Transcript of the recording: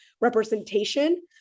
representation